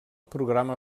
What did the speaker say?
programa